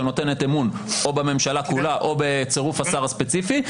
שנותנת אמון בממשלה כולה או בצירוף השר הספציפי.